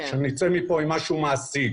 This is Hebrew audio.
כדי שנצא מכאן עם משהו מעשי.